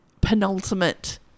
penultimate